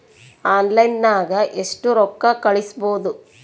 ಆನ್ಲೈನ್ನಾಗ ಎಷ್ಟು ರೊಕ್ಕ ಕಳಿಸ್ಬೋದು